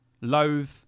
loathe